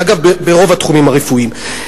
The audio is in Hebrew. אגב, ברוב התחומים הרפואיים.